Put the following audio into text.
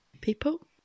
People